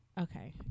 Okay